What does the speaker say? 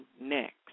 next